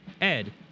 Ed